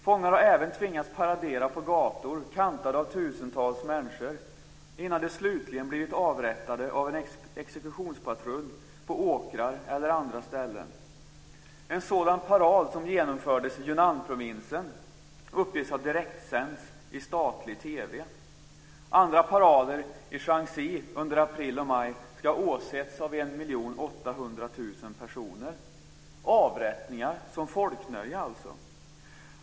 Fångar har även tvingats paradera på gator kantade av tusentals människor innan de slutligen blivit avrättade av en exekutionspluton på åkrar eller andra ställen. En sådan 'parad', som genomförts i Yunnanprovinsen, uppges ha direktsänts i statlig tv. Andra 'parader' i Shaanzi under april och maj ska ha åsetts av ca 1 800 000 Det är alltså fråga om avrättningar som folknöje.